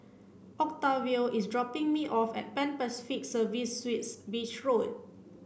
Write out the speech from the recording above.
octavio is dropping me off at Pan Pacific Serviced Suites Beach Road